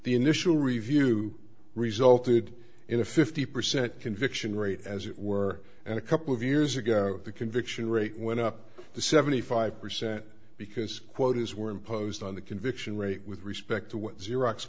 the initial review resulted in a fifty percent conviction rate as it were and a couple of years ago the conviction rate went up to seventy five percent because quotas were imposed on the conviction rate with respect to what xerox